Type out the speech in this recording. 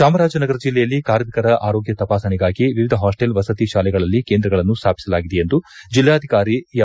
ಚಾಮರಾಜನಗರ ಜಲ್ಲೆಯಲ್ಲಿ ಕಾರ್ಮಿಕರ ಆರೋಗ್ಯ ತಪಾಸಣೆಗಾಗಿ ವಿವಿಧ ಹಾಸ್ಲೆಲ್ ವಸತಿ ಶಾಲೆಗಳಲ್ಲಿ ಕೇಂದ್ರಗಳನ್ನು ಸ್ಥಾಪಿಸಲಾಗಿದೆ ಎಂದು ಜಿಲ್ಲಾಧಿಕಾರಿ ಎಂ